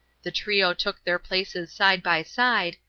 the trio took their places side by side,